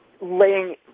laying